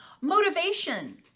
Motivation